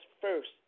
first